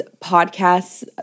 podcasts